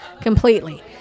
completely